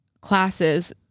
classes